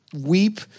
weep